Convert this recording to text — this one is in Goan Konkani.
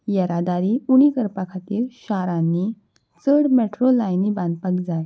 येरादारी उणी करपा खातीर शारांनी चड मेट्रो लायनी बांदपाक जाय